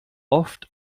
oft